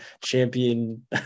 champion